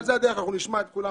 אנחנו נשמע את כולם.